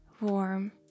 warm